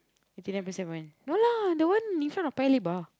eighty nine point seven no lah the one in front of Paya-Lebar